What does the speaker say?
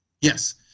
Yes